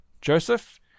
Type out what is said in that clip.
Joseph